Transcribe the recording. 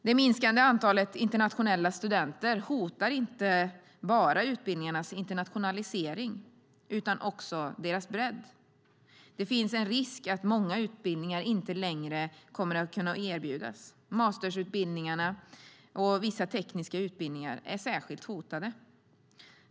Det minskade antalet internationella studenter hotar inte bara utbildningarnas internationalisering utan också deras bredd. Det finns en risk att många utbildningar inte längre kommer att kunna erbjudas. Masterutbildningarna och vissa tekniska utbildningar är särskilt hotade.